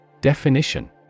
Definition